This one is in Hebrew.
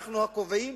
אנחנו הקובעים,